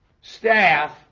staff